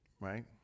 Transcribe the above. Right